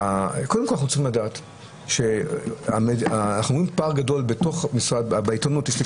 קודם כול אנחנו צריכים לדעת שאנחנו רואים פער גדול בעיתונות יש לי